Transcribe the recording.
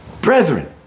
brethren